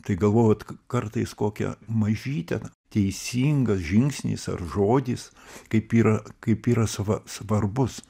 tai galvojat kartais kokią mažytę teisingas žingsnis ar žodis kaip yra kaip yra sava svarbus